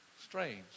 Strange